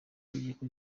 itegeko